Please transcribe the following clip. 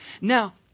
Now